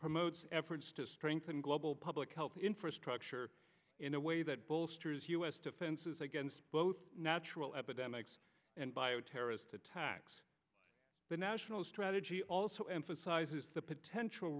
promotes efforts to strengthen global public health infrastructure in a way that bolsters u s defenses against both natural epidemics and bio terrorist attacks the national strategy also emphasizes the potential